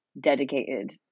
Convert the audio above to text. dedicated